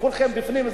כולכם בפנים,